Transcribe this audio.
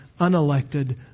unelected